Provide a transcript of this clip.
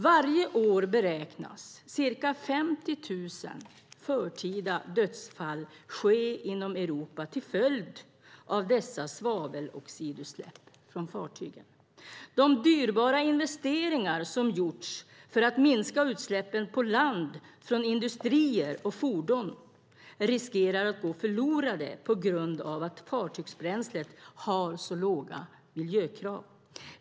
Varje år beräknas ca 50 000 förtida dödsfall ske inom Europa till följd av dessa svaveloxidutsläpp från fartygen. De dyrbara investeringar som har gjorts för att minska utsläppen på land från industrier och fordon riskerar att gå förlorade på grund av att det är så låga miljökrav på fartygsbränslet.